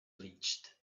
bleached